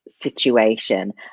situation